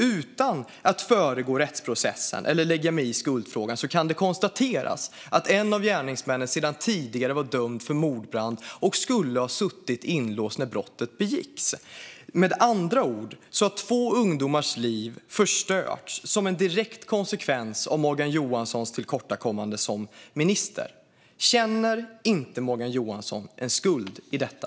Utan att föregå rättsprocessen eller lägga mig i skuldfrågan kan det konstateras att en av gärningsmännen sedan tidigare var dömd för mordbrand och skulle ha suttit inlåst när brottet begicks. Med andra ord har två ungdomars liv förstörts som en direkt konsekvens av Morgan Johanssons tillkortakommande som minister. Känner inte Morgan Johansson en skuld i detta?